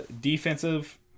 defensive